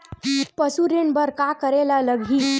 पशु ऋण बर का करे ला लगही?